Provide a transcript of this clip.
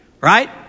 Right